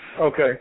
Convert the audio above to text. Okay